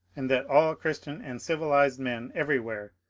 and that all christian and civilized men, every where,